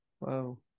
Wow